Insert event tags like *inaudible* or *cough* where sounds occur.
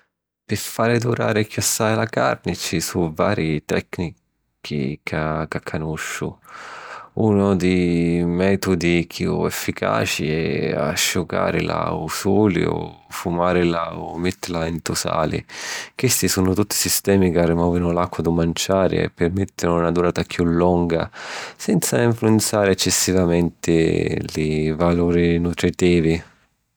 Pi fari durari chiossai la carni ci su' vari tècnichi ca *hesitation* canusciu. Unu dî mètudi chiù efficaci è asciucàrila ô suli o fumàrila o mittìrila ntô sali. Chisti sunnu tutti sistemi ca rimòvinu l'acqua dû manciari e pirmèttinu na durata chiù longa senza nfluenzari eccessivamenti li valuri nutritivi.